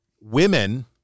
women